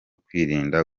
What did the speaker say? kwirinda